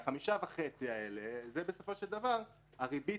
ה-5.5% האלה זה בסופו של דבר ריבית